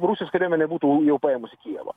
rusijos kariuomenė būtų jau paėmusi kijevą